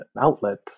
outlet